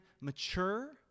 mature